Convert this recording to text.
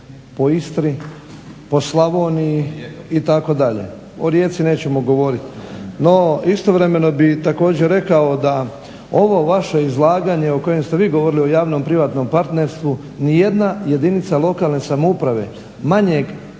Istri, po Slavniji itd. o Rijeci nećemo govorit. No, istovremeno bi također rekao da ovo vaše izlaganje o kojem ste vi govorili, o javno-privatnom partnerstvu ni jedna jedinica lokalne samouprave, manjeg